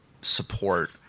support